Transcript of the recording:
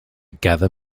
gather